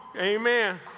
Amen